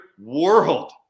world